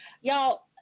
y'all